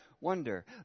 wonder